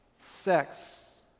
sex